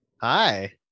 Hi